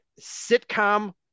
Sitcom